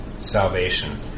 salvation